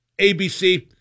ABC